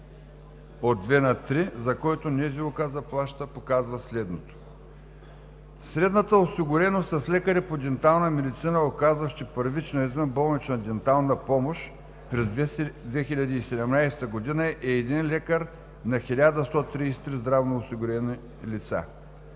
от две на три, за който НЗОК заплаща, показва следното: средната осигуреност с лекари по дентална медицина, оказващи първична извънболнична дентална помощ, през 2017 г. е един лекар на 1133 здравноосигурени лица.